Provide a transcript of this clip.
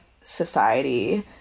society